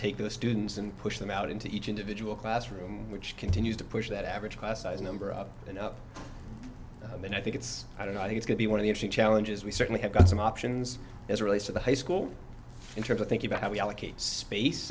take the students and push them out into each individual classroom which continues to push that average class size number up and up and then i think it's i don't know it's going to be one of the challenges we certainly have got some options as relates to the high school in terms of thinking about how we allocate space